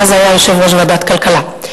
אז היה יושב-ראש ועדת כלכלה.